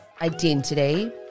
identity